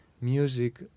music